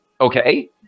Okay